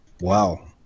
Wow